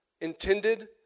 intended